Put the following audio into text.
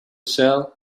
sell